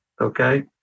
Okay